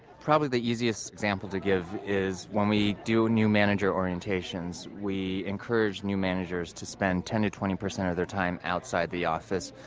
probably the easiest example to give is when we do new management orientations, we encourage new managers to spend ten to twenty percent of their time outside the office.